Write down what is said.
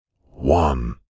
one